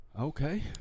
Okay